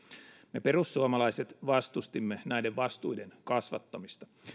me perussuomalaiset vastustimme näiden vastuiden kasvattamista